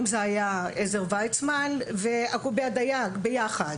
אם זה היה עזר ויצמן ועקובי הדייג ביחד